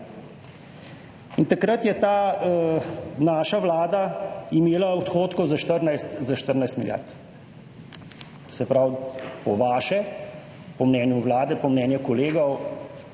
in takrat je ta naša vlada imela odhodkov za 14 milijard. Se pravi, po vašem, po mnenju vlade, po mnenju kolegov